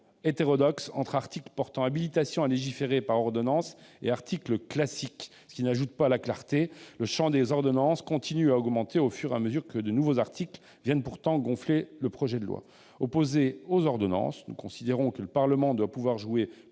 hétérodoxe, entre articles portant habilitation à légiférer par ordonnance et articles classiques, ce qui n'améliore pas la clarté du texte. Le champ des ordonnances continue d'augmenter au fur et à mesure que de nouveaux articles viennent gonfler le projet de loi. Opposés aux ordonnances, nous considérons que le Parlement doit pouvoir jouer